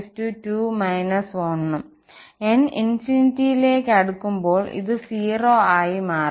n ∞ യിലേക്ക് അടുക്കുമ്പോൾ ഇത് 0 ആയി മാറും